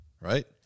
Right